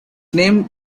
named